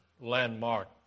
Landmark